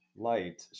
light